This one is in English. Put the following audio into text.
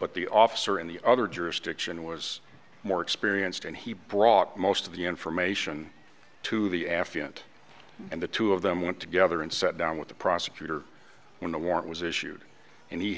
but the officer in the other jurisdiction was more experienced and he brought most of the information to the affiant and the two of them went together and sat down with the prosecutor when the warrant was issued and he